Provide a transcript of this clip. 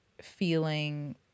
feeling